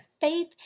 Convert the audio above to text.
Faith